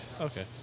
Okay